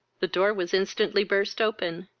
the door was instantly burst open.